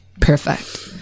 perfect